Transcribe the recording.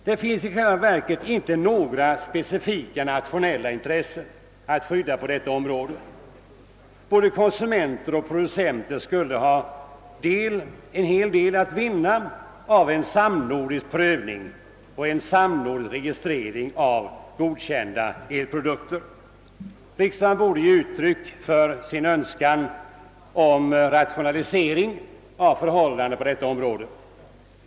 Det finns i själva verket inte några specifika nationella intressen att skydda på detta område. Både konsumenter och producenter skulle ha en hel del att vinna på en samnordisk prövning och en samnordisk registrering av godkända elprodukter. Riksdagen borde ge uttryck för sin önskan om en rationalisering av förhållandena på detta område.